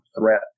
threat